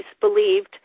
believed